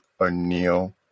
O'Neill